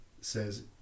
says